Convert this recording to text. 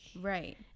Right